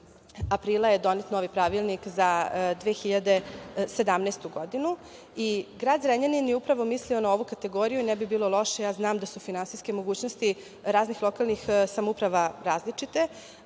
aprila je donet novi pravilnik za 2017. godinu. Grad Zrenjanin je upravo mislio na ovu kategoriju, ne bi bilo loše, znam da su finansijske mogućnosti raznih lokalnih samouprava različite,